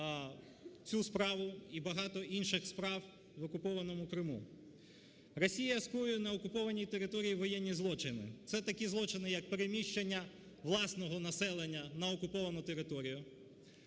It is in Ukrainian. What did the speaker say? цю справу і багато інших справ в окупованому Криму. Росія скоює на окупованій території воєнні злочини. Це такі злочини, які переміщення власного населення на окуповану територію,